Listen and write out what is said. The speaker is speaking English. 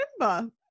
remember